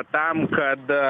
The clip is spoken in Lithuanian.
tam kad